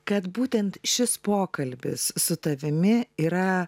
kad būtent šis pokalbis su tavimi yra